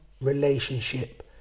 relationship